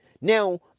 Now